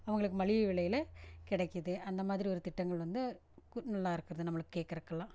அவர்களுக்கு மலிவு விலையில் கிடைக்கிது அந்த மாதிரி ஒரு திட்டங்கள் வந்து கு நல்லா இருக்கிறது நம்மளுக்கு கேட்குறக்கெல்லாம்